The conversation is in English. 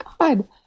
God